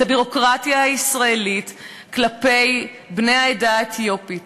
את הביורוקרטיה הישראלית כלפי בני העדה האתיופית,